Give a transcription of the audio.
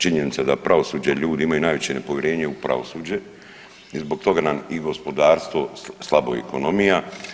Činjenica da pravosuđe, ljudi imaju najveće nepovjerenje u pravosuđe i zbog toga nam i gospodarstvo, slabo i ekonomija.